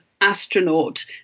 astronaut